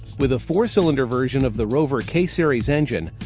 with a four-cylinder version of the rover k-series engine,